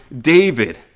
David